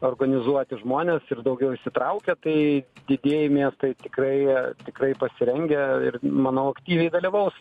organizuoti žmones ir daugiau įsitraukia tai didieji miestai tikrai tikrai pasirengę ir manau aktyviai dalyvaus